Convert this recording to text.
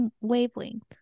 wavelength